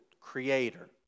creator